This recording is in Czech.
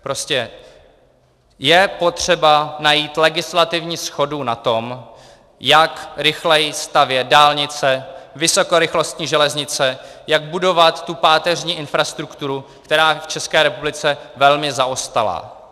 Prostě je potřeba najít legislativní shodu na tom, jak rychleji stavět dálnice, vysokorychlostní železnice, jak budovat páteřní infrastrukturu, která je v České republice velmi zaostalá.